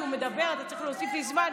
כשהוא מדבר אתה צריך להוסיף לי זמן.